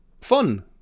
Fun